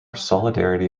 solidarity